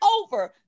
Over